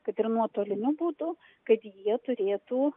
kad ir nuotoliniu būdu kad jie turėtų